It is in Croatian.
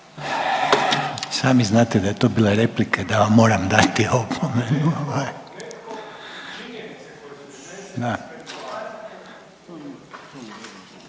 sami znate da je to bila replika i da vam moram dati opomenu